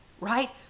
right